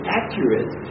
accurate